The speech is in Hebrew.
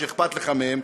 שאכפת לך מהם,